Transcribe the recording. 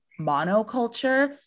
monoculture